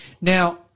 Now